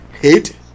hate